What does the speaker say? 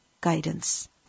guidance